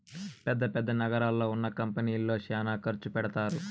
పెద్ద పెద్ద నగరాల్లో ఉన్న కంపెనీల్లో శ్యానా ఖర్చు పెడతారు